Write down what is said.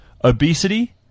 Obesity